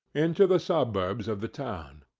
into the suburbs of the town.